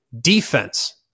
defense